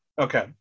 okay